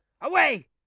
Away